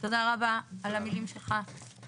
תודה רבה על המילים שלך,